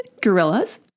gorillas